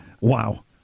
wow